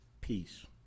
peace